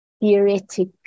theoretic